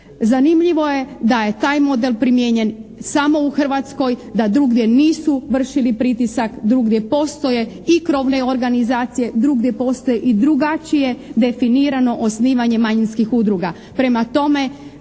Zanimljivo je da je taj model primijenjen samo u Hrvatskoj, da drugdje nisu vršili pritisak, drugdje postoje i krovne organizacije, drugdje postoje i drugačije definirano osnivanje manjinskih udruga.